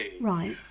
Right